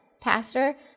pastor